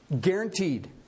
Guaranteed